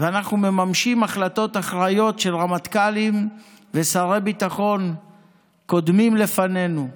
ואנחנו מממשים החלטות אחראיות של רמטכ"לים ושרי ביטחון קודמים לפנינו.